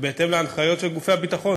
ובהתאם להנחיות של גופי הביטחון.